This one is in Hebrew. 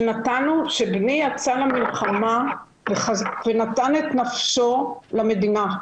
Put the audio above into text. שבני יצא למלחמה ונתן את נפשו למדינה.